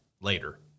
later